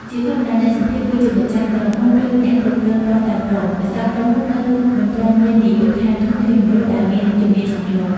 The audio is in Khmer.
ជាធម្មតា អ្នកសម្ភាសន៍គឺជាម្ចាស់ក្រុមហ៊ុន ឬអ្នកគ្រប់គ្រងផ្ទាល់តែម្ដង ដោយសារក្រុមហ៊ុននៅមិនទាន់មាននាយកដ្ឋានធនធានមនុស្សដែលមានជំនាញច្បាស់លាស់។